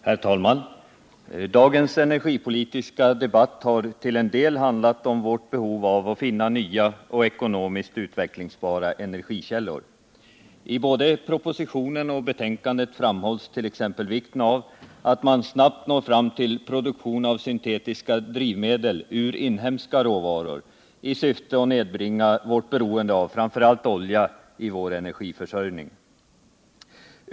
Herr talman! Dagens energipolitiska debatt har till en del handlat om vårt behov av att finna nya och ekonomiskt utvecklingsbara energikällor. I både propositionen och betänkandet framhålls t.ex. vikten av att man snabbt når fram till produktion av syntetiska drivmedel ur inhemska råvaror i syfte att nedbringa vårt beroende av framför allt olja i vår energiförsörjning.